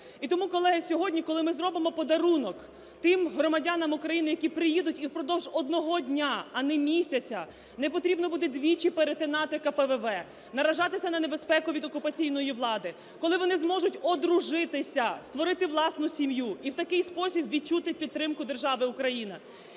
І тому, колеги, сьогодні, коли ми зробимо подарунок тим громадянам України, які приїдуть і впродовж одного дня, а не місяця, не потрібно буде двічі перетинати КПВВ, наражатися на небезпеку від окупаційної влади, коли вони зможуть одружитися, створити власну сім'ю і в такий спосіб відчути підтримку держави Україна.